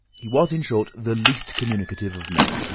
he was, in short, the least communicative of men.